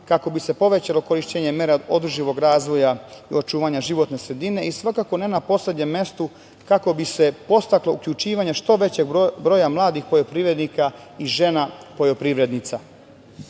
kako bi se povećalo korišćenje mera održivog razvoja i očuvanja životne sredine i svakako ne na poslednjem mestu, kako bi se podstaklo uključivanje što većeg broja mladih poljoprivrednika i žena poljoprivrednica.